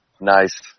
Nice